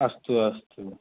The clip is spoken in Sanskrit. अस्तु अस्तु